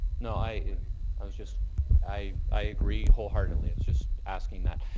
no. i i was just i i agree whole heartedly. i was just asking that.